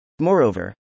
Moreover